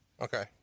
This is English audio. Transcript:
Okay